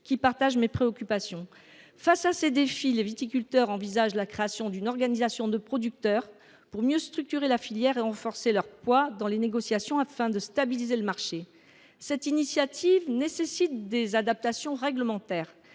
partagent mes préoccupations. Face à ces défis, les viticulteurs envisagent la création d’une organisation de producteurs pour mieux structurer la filière et renforcer leur poids dans les négociations afin de stabiliser le marché. Cette initiative nécessite des adaptations réglementaires.